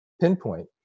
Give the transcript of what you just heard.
pinpoint